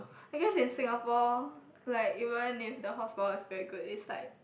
I guess in Singapore like even if the hotspot is very good it's like